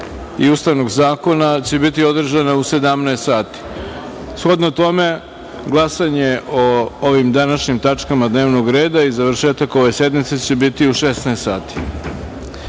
i Ustavnog zakona će biti održana u 17.00 časova. Shodno tome, glasanje o ovim današnjim tačkama dnevnog reda i završetak ove sednice će biti u 16.00